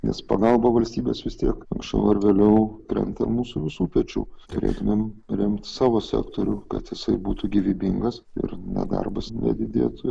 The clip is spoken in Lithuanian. nes pagalba valstybės vis tiek anksčiau ar vėliau krenta ir mūsų visų pečių turėtumėm remti savo sektorių kad jisai būtų gyvybingas ir nedarbas nedidėtų